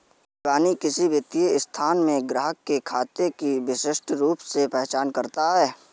इबानी किसी वित्तीय संस्थान में ग्राहक के खाते की विशिष्ट रूप से पहचान करता है